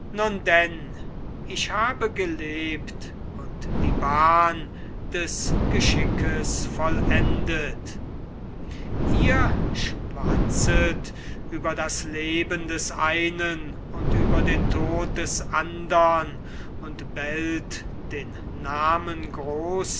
nun denn ich habe gelebt und die bahn des geschickes vollendet ihr schwatzet über das leben des einen und über den tod des andern und bellt den namen